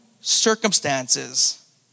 circumstances